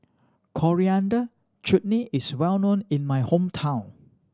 Coriander Chutney is well known in my hometown